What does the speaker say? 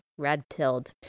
red-pilled